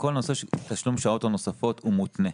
כל נושא תשלום השעות הנוספות הוא מותנה.